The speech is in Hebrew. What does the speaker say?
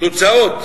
התוצאות